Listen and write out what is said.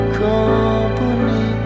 company